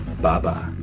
Bye-bye